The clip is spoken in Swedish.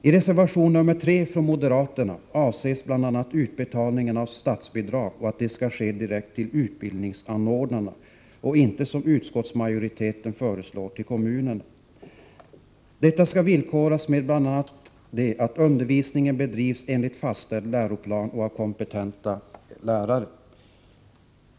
I reservation 3, från moderaterna, avses bl.a. att utbetalningen av statsbidrag skall ske direkt till utbildningsanordnarna och inte, som utskottsmajoriteten föreslår, till kommunerna. Detta skall villkoras bl.a. med att undervisningen bedrivs enligt fastställd läroplan och av kompetenta lärare.